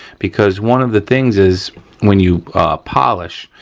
because one of the things is when you polish,